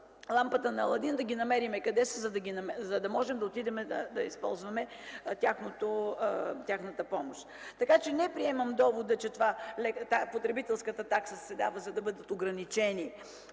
лампата на Аладин къде са, за да можем да отидем да използваме тяхната помощ. Не приемам довода, че потребителската такса се дава, за да бъдат ограничени